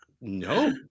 No